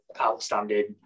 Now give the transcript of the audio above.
outstanding